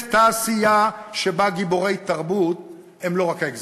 תעשייה שבה גיבורי תרבות הם לא רק האקזיטורים.